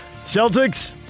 Celtics